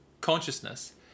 consciousness